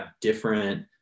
different